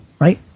right